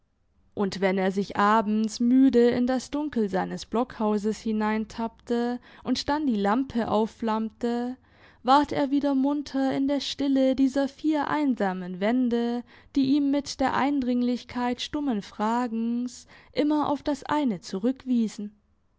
und wenn er sich abends müde in das dunkel seines blockhauses hineintappte und dann die lampe aufflammte ward er wieder munter in der stille dieser vier einsamen wände die ihm mit der eindringlichkeit stummen fragens immer auf das eine zurückwiesen